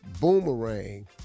Boomerang